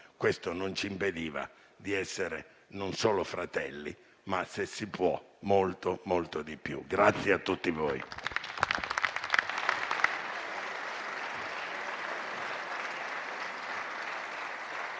questo non ci impediva di essere non solo fratelli, ma - se si può - davvero molto di più. Grazie a tutti voi.